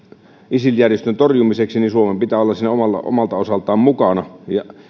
isil järjestön torjumiseksi niin suomen pitää olla siinä omalta osaltaan mukana